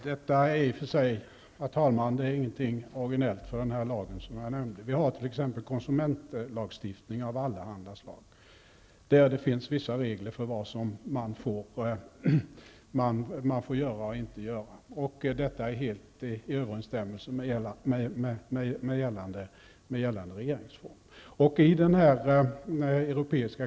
Herr talman! Detta är, som jag nämnde, i och för sig inget originellt för den här lagen. Vi har t.ex. konsumentlagstifning av allehanda slag som innehåller vissa regler för vad man får göra och inte göra. Detta är helt i överensstämmelse med gällande regeringsform.